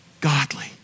godly